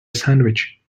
sandwich